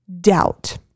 doubt